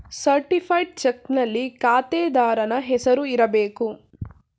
certified ಚಕ್ನಲ್ಲಿ ಖಾತೆದಾರನ ಹೆಸರು ಇರಬೇಕು